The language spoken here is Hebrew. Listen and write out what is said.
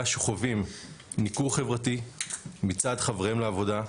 שחווים ניכור חברתי מצד חבריהם לעבודה.